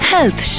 Health